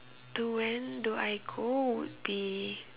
to when do I go would be